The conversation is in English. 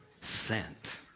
sent